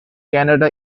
canada